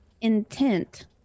intent